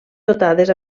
dotades